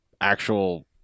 actual